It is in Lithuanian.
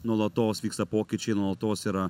nuolatos vyksta pokyčiai nuolatos yra